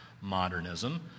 modernism